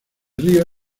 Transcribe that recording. río